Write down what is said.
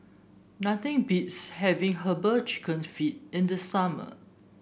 nothing beats having herbal chicken feet in the summer